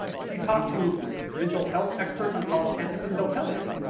if you talk to mental health experts on college campuses, they'll tell you